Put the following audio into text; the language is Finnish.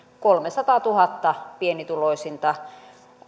kolmesataatuhatta pienituloisinta